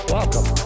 Welcome